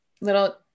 little